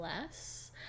less